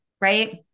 right